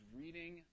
reading